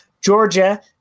Georgia